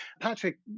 Patrick